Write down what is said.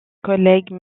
collègues